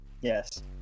Yes